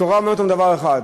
התורה אומרת עוד דבר אחד: